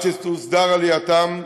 עד שתוסדר עלייתם,